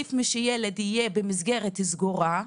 עדיף מאשר ילד שיהיה במסגרת סגורה,